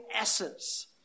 essence